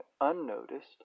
unnoticed